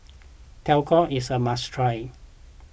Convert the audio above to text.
Tacos is a must try